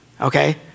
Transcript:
okay